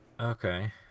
Okay